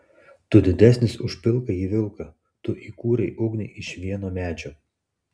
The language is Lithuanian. tu didesnis už pilkąjį vilką tu įkūrei ugnį iš vieno medžio